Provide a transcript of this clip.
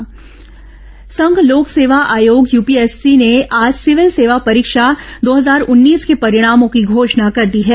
UPSC परिणाम संघ लोक सेवा आयोग यूपीएससी ने आज सिविल सेवा परीक्षा दो हजार उन्नीस के परिणामों की घोषणा कर दी है